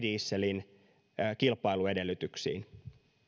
dieselin kilpailuedellytyksiin